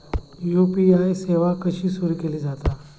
UPI सेवा कशी सुरू केली जाता?